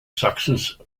sachsens